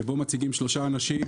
שבו מציגים שלושה אנשים,